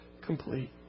complete